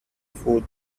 food